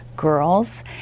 girls